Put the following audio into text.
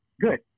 good